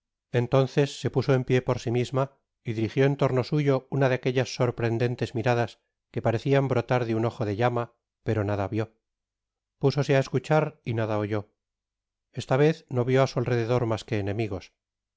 entonces se puso en pié por si misma y dirigió en torno suyo una de aquellas sorprendentes miradas que parecian brotar de un ojo de llama pero nada vió púsose á escuchar y nada oyó esta vez no vió á su alrededor mas que enemigos